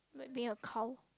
being a cow